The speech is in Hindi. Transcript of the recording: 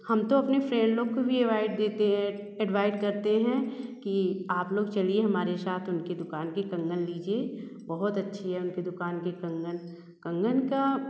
हम तो अपने फ्रेंड लोग को भी एवाइट देते है एड्वाइट करते हैं कि आप लोग चलिए हमारे साथ उनके दुकान के कंगन लीजिए बहुत अच्छी है उनके दुकान की कंगन कंगन का